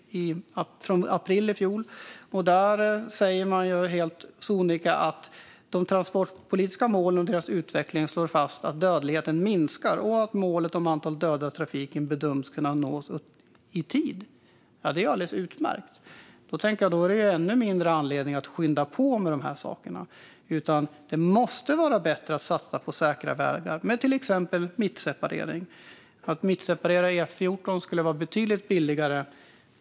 Där slår man helt sonika fast att när det gäller de transportpolitiska målen och deras utveckling minskar dödligheten och att målet om antalet döda i trafiken bedöms kunna nås i tid. Det är ju alldeles utmärkt. Då finns det ju ännu mindre anledning att skynda på med dessa saker. Det måste vara bättre att satsa på säkra vägar med till exempel mittseparering. Att mittseparera E14 skulle vara betydligt billigare.